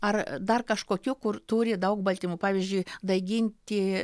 ar dar kažkokių kur turi daug baltymų pavyzdžiui daiginti